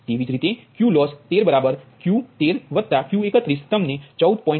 તેથી QLoss13 Q13Q31 તમને 14